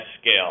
scale